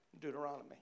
Deuteronomy